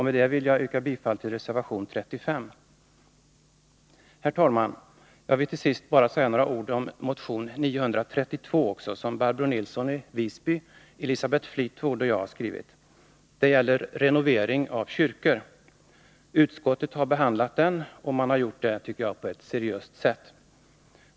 Med detta vill jag yrka bifall till reservation 35. Herr talman! Jag vill till sist säga några ord om motion 932, som Barbro Nilsson i Visby, Elisabeth Fleetwood och jag har skrivit. Den gäller renovering av kyrkor. Utskottet har behandlat den och gjort det, tycker jag, på ett seriöst sätt.